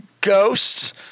ghosts